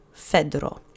Fedro